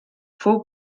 fou